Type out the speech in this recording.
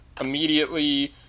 immediately